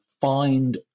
find